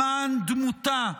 למען דמותה.